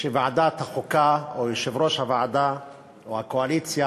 שוועדת החוקה או יושב-ראש הוועדה או הקואליציה